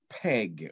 peg